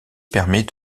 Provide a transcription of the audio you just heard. permet